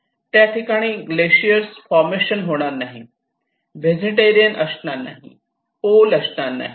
त्या ठिकाणी glaciers formation होणार नाही व्हेजिटेरियन असणार नाही पोल असणार नाही